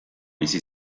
bizi